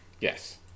Yes